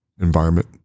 environment